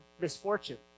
misfortune